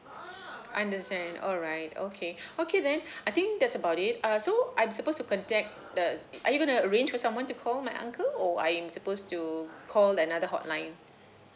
understand alright okay okay then I think that's about it uh so I'm supposed to contact the are you going to arrange for someone to call my uncle or I'm supposed to call another hotline